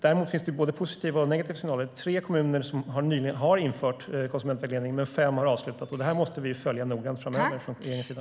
Det finns både positiva och negativa scenarier: Tre kommuner har nyligen infört konsumentvägledning, medan fem har avslutat. Det här måste vi följa noggrant framöver från regeringens sida.